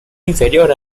inferior